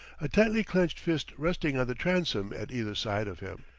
a tightly clenched fist resting on the transom at either side of him.